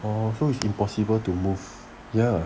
oh so it's impossible to move ya